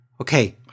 Okay